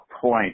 point